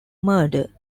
murder